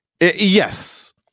Yes